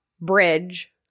bridge